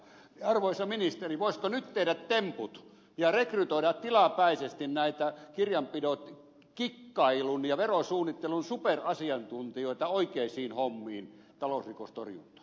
arvoisa ministeri voisiko nyt tehdä temput ja rekrytoida tilapäisesti näitä kirjanpitokikkailun ja verosuunnittelun superasiantuntijoita oikeisiin hommiin talousrikostorjuntaan